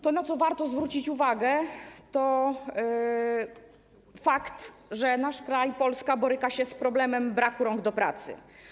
To, na co warto zwrócić uwagę, to fakt, że nasz kraj boryka się z problemem braku rąk do pracy.